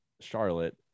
Charlotte